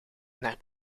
naar